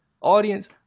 audience